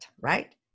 right